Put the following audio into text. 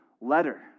letter